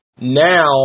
Now